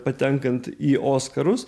patenkant į oskarus